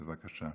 בבקשה.